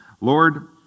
Lord